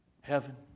Heaven